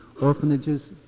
orphanages